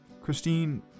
Christine